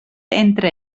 entre